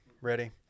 Ready